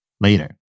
later